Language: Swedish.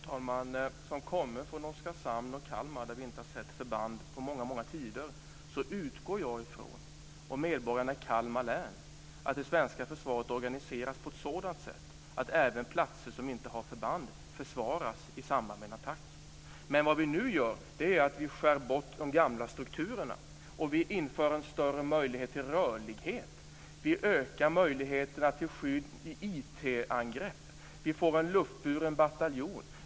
Fru talman! Som kommande från Oskarshamn och Kalmar där vi inte sett förband på många många tider utgår jag och medborgarna i Kalmar län ifrån att det svenska försvaret organiseras på ett sådant sätt att även platser som inte har förband försvaras i samband med en attack. Men vad vi nu gör att vi skär bort de gamla strukturerna och inför en större möjlighet till rörlighet. Vi ökar möjligheterna till skydd vid IT angrepp. Vi får en luftburen bataljon.